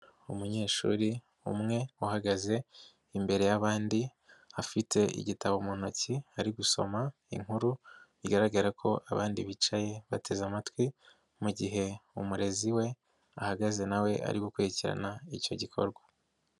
Umunyeshuri umwe uhagaze imbere y'abandi afite igitabo mu ntoki ari gusoma inkuru bigaragara ko abandi bicaye bateze amatwi, mu gihe umurezi we ahagaze na we ari gukurikirana icyo gikorwa.